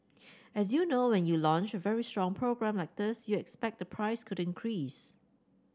as you know when you launch a very strong program like this you expect the price could increase